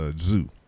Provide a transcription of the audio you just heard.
zoo